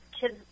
kids